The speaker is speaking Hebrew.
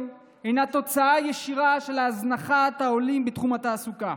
היא תוצאה ישירה של הזנחת העולים בתחום התעסוקה.